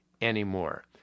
anymore